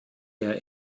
der